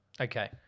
Okay